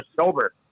sober